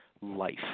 life